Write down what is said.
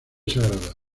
sagrada